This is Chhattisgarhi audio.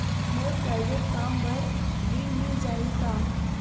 मोर प्राइवेट कम बर ऋण मिल जाही का?